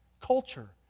culture